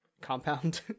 compound